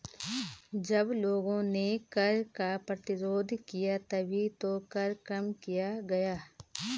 जब लोगों ने कर का प्रतिरोध किया तभी तो कर कम किया गया